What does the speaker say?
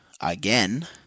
Again